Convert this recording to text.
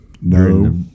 No